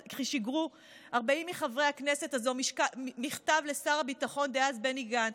הזו שיגרו מכתב לשר הביטחון דאז בני גנץ,